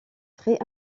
très